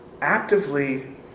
Actively